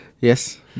Yes